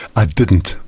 i didn't,